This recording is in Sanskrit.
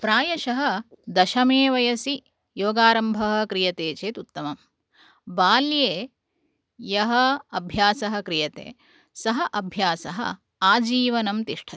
प्रायशः दशमे वयसि योगारम्भः क्रियते चेत् उत्तमं बाल्ये यः अभ्यासः क्रियते सः अभ्यासः आजीवनं तिष्ठति